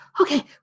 okay